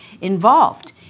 involved